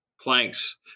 planks